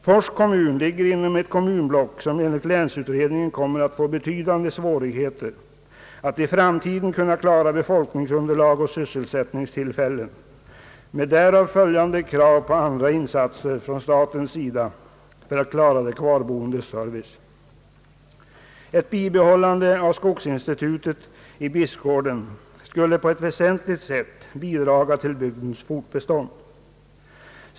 Fors kommun ligger inom ett kommunblock som enligt länsutredningen kommer att få betydande svårigheter att i framtiden kunna klara befolkningsunderlag och = sysselsättningstillfällen med därav följande krav på andra insatser från statens sida för att klara de kvarboendes service. Ett bibehållande av skogsinstitutet i Bispgården skulle på ett väsentligt sätt bidra till bygdens fortbestånd.